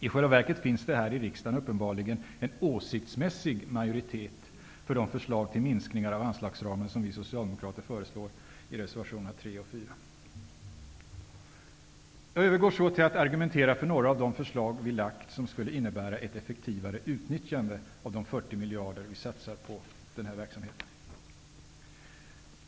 I själva verket finns det här i riksdagen uppenbarligen en åsiktsmässig majoritet för de förslag till minskningar av anslagsramen som vi socialdemokrater föreslår i våra reservationer 3 och Jag övergår så till att argumentera för några av de förslag vi har lagt fram, som skulle innebära ett effektivare utnyttjande av de 40 miljarder vi satsar på denna verksamhet.